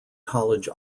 college